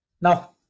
Now